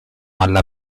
alla